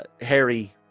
harry